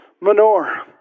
manure